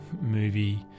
movie